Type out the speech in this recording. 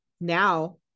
now